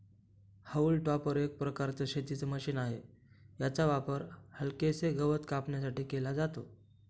haulm topper एक प्रकारचं शेतीच मशीन आहे, याचा वापर हलकेसे गवत कापण्यासाठी केला जातो